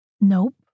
Nope